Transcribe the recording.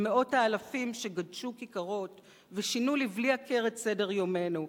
במאות האלפים שגדשו כיכרות ושינו לבלי הכר את סדר-יומנו,